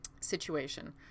situation